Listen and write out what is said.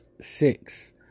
six